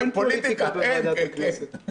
אין פוליטיקה אין כנסת.